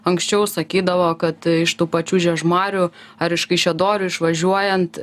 anksčiau sakydavo kad iš tų pačių žiežmarių ar iš kaišiadorių išvažiuojant